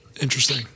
Interesting